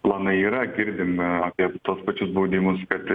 planai yra girdime apie tuos pačius baudimus kad